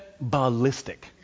ballistic